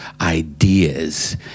ideas